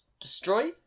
destroy